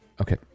Okay